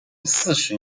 四十